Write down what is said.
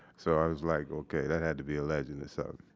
so i was like, okay, that had to be a legend or so